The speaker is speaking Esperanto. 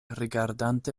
rigardante